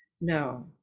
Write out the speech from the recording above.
No